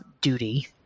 duty